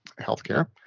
healthcare